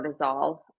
cortisol